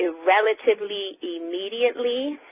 ah relatively immediately,